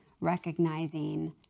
recognizing